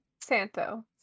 Santo